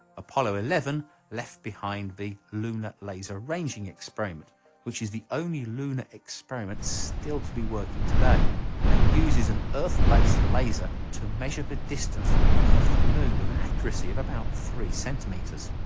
apollo eleven left behind the lunar laser ranging experiment which is the only lunar experiment still to be working today and uses an earth-based laser to measure the distance from the earth to the moon with an accuracy of about three centimeters.